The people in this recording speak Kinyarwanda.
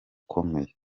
ukomeye